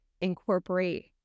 incorporate